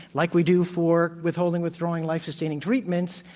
like we do for withholdi ng withdrawing life sustaining treatments,